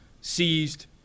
seized